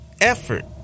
effort